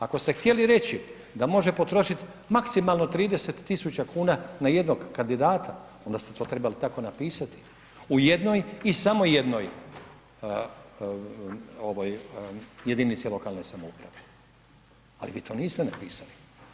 Ako ste htjeli reći da može potrošit maksimalno 30.000,00 kn na jednog kandidata, onda ste to trebali tako napisati u jednoj i samo jednoj jedinici lokalne samouprave, ali vi to niste napisali.